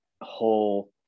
whole